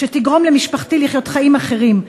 שתגרום למשפחתי לחיות חיים אחרים,